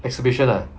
exhibition lah